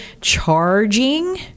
charging